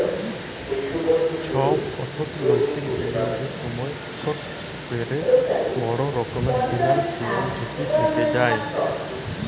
ছব অথ্থলৈতিক বিলিয়গের সময় ইকট ক্যরে বড় রকমের ফিল্যালসিয়াল ঝুঁকি থ্যাকে যায়